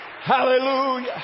Hallelujah